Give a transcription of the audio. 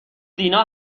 دینا